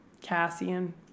Cassian